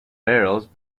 barrels